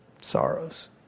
Sorrows